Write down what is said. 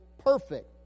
perfect